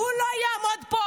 הוא לא יעמוד פה